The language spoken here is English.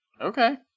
Okay